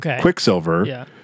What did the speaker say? Quicksilver